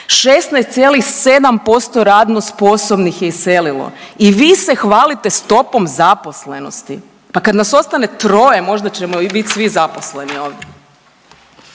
16,7% radno sposobnih je iselilo i vi se hvalite stopom zaposlenosti. Pa kad nas ostane troje možda ćemo i bit svi zaposleni ovdje.